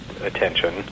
attention